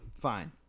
fine